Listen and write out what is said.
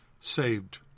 saved